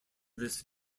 this